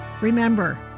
Remember